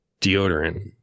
deodorant